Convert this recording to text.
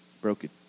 Broken